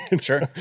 Sure